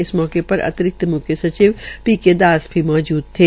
इस मौके पर अतिरिक्त मुख्य सचिव पी के दास भी मौजूद थे